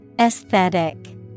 Aesthetic